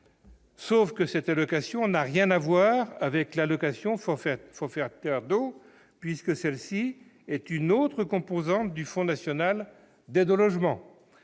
Néanmoins, cette allocation n'a rien à voir avec l'allocation forfaitaire d'eau, puisque celle-ci est une autre composante du FNAL ...